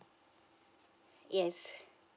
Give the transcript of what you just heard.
yes